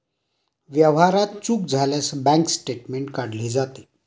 व्यवहारात चूक झाल्यास बँक स्टेटमेंट काढले जाते